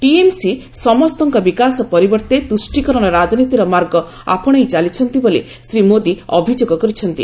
TMC ସମସ୍ତଙ୍କ ବିକାଶ ପରିବର୍ତ୍ତେ ତୃଷ୍ଟିକରଣ ରାଜନୀତିର ମାର୍ଗ ଆପଶାଇ ଚାଲିଛନ୍ତି ବୋଲି ଶ୍ରୀ ମୋଦୀ ଅଭିଯୋଗ କରିଛନ୍ତି